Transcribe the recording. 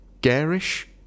garish